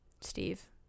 Steve